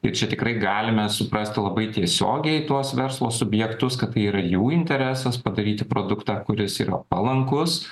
ir čia tikrai galime suprasti labai tiesiogiai tuos verslo subjektus kad tai yra jų interesas padaryti produktą kuris yra palankus